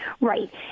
Right